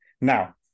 Now